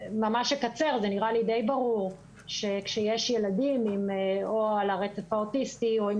נראה לי די ברור שכאשר יש ילדים או על הרף האוטיסטי או עם